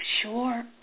sure